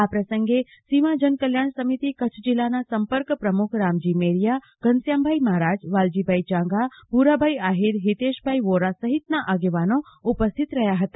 આ પ્રસંગે સીમા જનકલ્યાણ સમિતિ કચ્છ જીલ્લાના સંપર્ક પ્રમુખ રામજી મેરિય ઘનશ્યામભાઈ મારાજ વાલજીભાઈ ચાંગા ભુરાભાઈ આહીર હિતેશભાઈ વોરા સહિતના આગેવાનો ઉપસ્થિત રહ્યા હતા